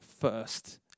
first